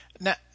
Now